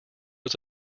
was